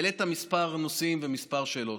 העלית כמה נושאים וכמה שאלות.